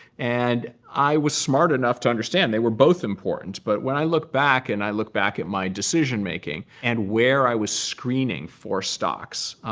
and i was smart enough to understand they were both important. but when i look back, and i look back at my decision-making, and where i was screening for stocks,